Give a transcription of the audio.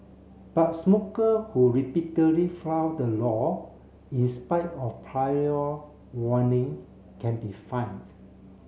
but smoker who repeatedly flout the law in spite of prior warning can be fined